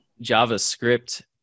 JavaScript